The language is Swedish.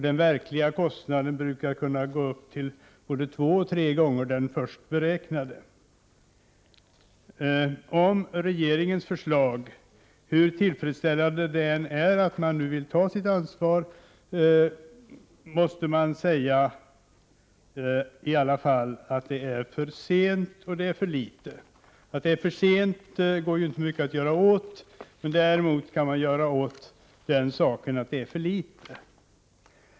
Den verkliga kostnaden brukar kunna gå upp till två och tre gånger den först beräknade. Hur tillfredsställande det än är att regeringen nu vill ta sitt ansvar, måste man i alla fall säga om förslaget att det kommer för sent och ger för litet. Att det kommer för sent går ju inte att göra mycket åt. Däremot kan man göra något åt att det ger för litet.